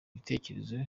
ibitekerezo